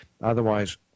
Otherwise